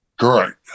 Correct